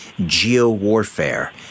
geo-warfare